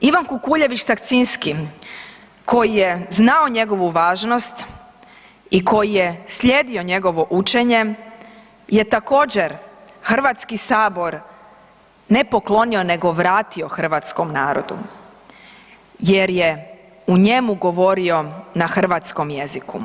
Ivan Kukuljević Sakcinski koji je znao njegovu važnost i koji je slijedio njegovo učenje je također Hrvatski sabor ne poklonio nego vratiti hrvatskom narodu jer je u njemu govorio na hrvatskom jeziku.